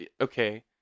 okay